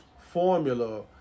formula